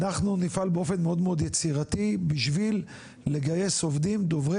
אנחנו נפעל באופן מאוד מאוד יצירתי בשביל לגייס עובדים דוברי